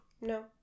No